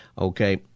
okay